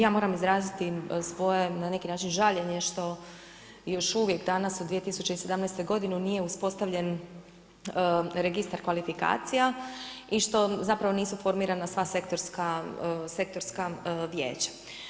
Ja moram izraziti svoje na neki način žaljenje što još uvijek danas u 2017. godini nije uspostavljen registar kvalifikacija i što zapravo nisu formirana sva sektorska vijeća.